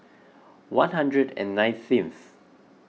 one hundred and nineteenth